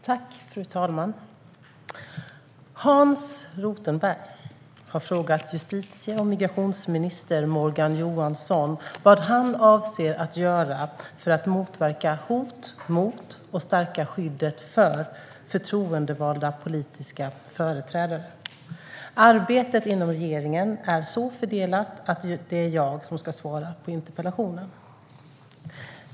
Fru talman! Hans Rothenberg har frågat justitie och migrationsminister Morgan Johansson vad han avser att göra för att motverka hot mot och stärka skyddet för förtroendevalda politiska företrädare. Arbetet inom regeringen är så fördelat att det är jag som ska svara på interpellationen.